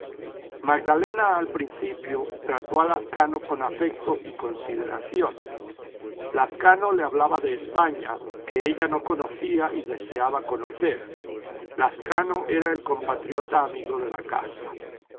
magdalena al principio trató a lazcano con afecto y consideración lazcano le hablaba de españa que ella no conocía y deseaba conocer lazcano era el compatriota amigode la casa